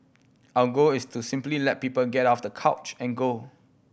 our goal is to simply let people get off the couch and go